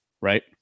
right